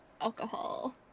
alcohol